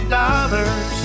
dollars